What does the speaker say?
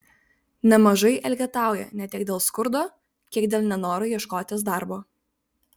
nemažai elgetauja ne tiek dėl skurdo kiek dėl nenoro ieškotis darbo